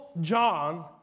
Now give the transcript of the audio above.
John